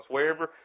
Wherever